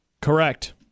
Correct